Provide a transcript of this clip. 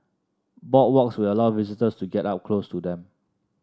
boardwalks will allow visitors to get up close to them